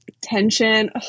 tension